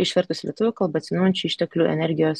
išvertus į lietuvių kalbą atsinaujinančių išteklių energijos